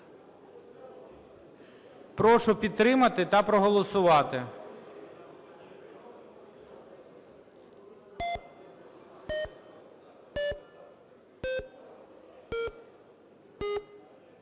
Прошу підтримати та проголосувати.